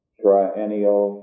triennial